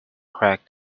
crack